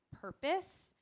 purpose